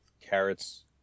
carrots